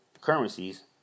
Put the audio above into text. currencies